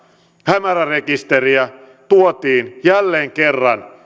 hämärärekisteriä tuotiin jälleen kerran